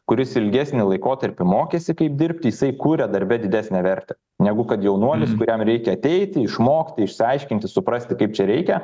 kuris ilgesnį laikotarpį mokėsi kaip dirbti jisai kuria darbe didesnę vertę negu kad jaunuolis kuriam reikia ateiti išmokti išsiaiškinti suprasti kaip čia reikia